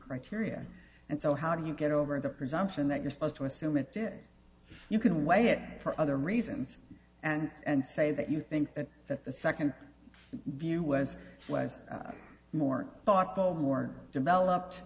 criteria and so how do you get over the presumption that you're supposed to assume it's you can weigh it for other reasons and say that you think that the second view was was more thoughtful more developed